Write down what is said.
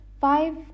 Five